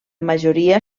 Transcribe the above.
majoria